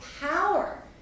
power